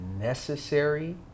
necessary